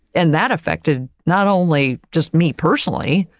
and that affected not only just me personally,